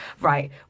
right